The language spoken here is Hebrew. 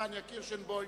פניה קירשנבאום,